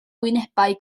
wynebau